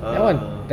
oh